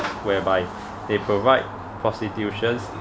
whereby they provide prostitutions